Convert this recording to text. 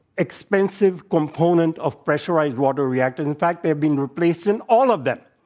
expensive component of pressurized water reactor. in fact, they've been replaced in all of them.